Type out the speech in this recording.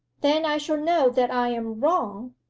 then i shall know that i am wrong,